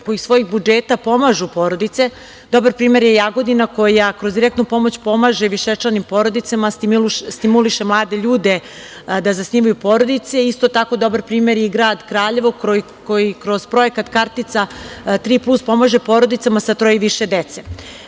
koje iz svojih budžeta pomažu porodice. Dobar primer je Jagodina koja kroz direktnu pomoć pomaže višečlanim porodicama, stimuliše mlade ljude da zasnivaju porodice. Isto tako je dobar primer i grad Kraljevo koji kroz projekat kartica „Tri plus“ pomaže porodicama sa troje i više